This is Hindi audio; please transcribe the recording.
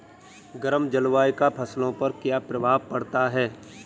गर्म जलवायु का फसलों पर क्या प्रभाव पड़ता है?